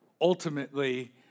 ultimately